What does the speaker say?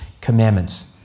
commandments